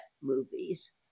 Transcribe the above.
movies